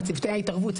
ההתערבות,